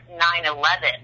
9-11